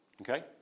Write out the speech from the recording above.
Okay